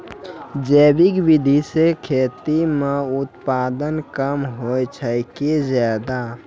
जैविक विधि से खेती म उत्पादन कम होय छै कि ज्यादा?